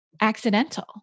accidental